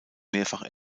mehrfach